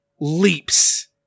leaps